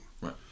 Right